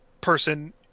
person